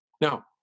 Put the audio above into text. Now